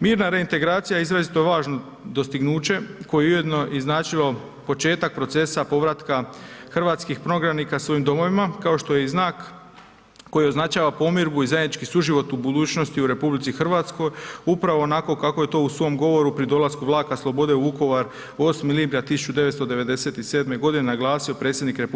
Mirna reintegracija izrazito je važno dostignuće koje je ujedno i značilo početak procesa povratka hrvatskih prognanika svoji domovima, kao što je i znak koji označava pomirbu i zajednički suživot u budućnosti u RH upravo onako kako je to u svom govoru pri dolasku vlaka slobode u Vukovar 8. lipnja 1997. godine naglasio predsjednik RH